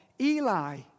Eli